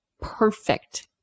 perfect